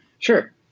Sure